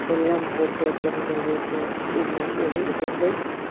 வெல்லம் போட்டு பொங்கல் வைத்து இந்த இதே இதே போல்